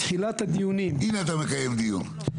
מתחילת הדיונים --- הנה אתה מקיים דיון.